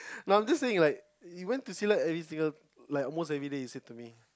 now this thing is like you went to Silat every single like almost everyday you say to me